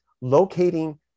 locating